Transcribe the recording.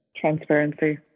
transparency